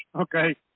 okay